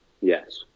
Yes